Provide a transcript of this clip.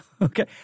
Okay